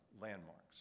landmarks